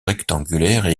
rectangulaires